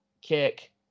kick